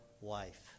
wife